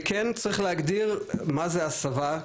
וכן צריך להגדיר מה זה הסבה,